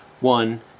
one